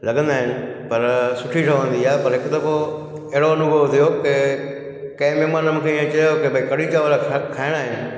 लगंदा आहिनि पर सुठी ठहंदी आहे पर हिकु दफ़ो अहिड़ो अनुभव थियो की कंहिं महिमान मूंखे इअं चयो की भई कढ़ी चांवर खा खाइणा आहिनि